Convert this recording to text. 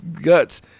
guts